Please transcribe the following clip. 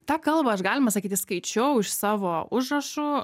tą kalbą aš galima sakyti skaičiau iš savo užrašų